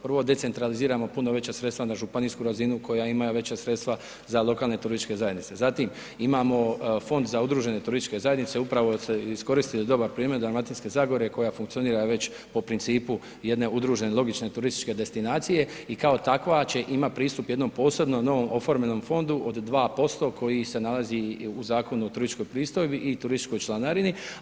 Prvo decentraliziramo puno veća sredstva na županijsku razinu koja ima i veća sredstva za lokalne turističke zajednice, zatim imamo Fond za udružene turističke zajednice upravo sam iskoristio dobar primjer Dalmatinske zagore koja funkcionira već po principu jedne udružene logične turističke destinacije i kao takva će, ima pristup jednom posebno novom oformljenom fondu od 2% koji se nalazi u Zakonu o turističkoj pristojbi i turističkoj članarini.